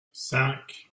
cinq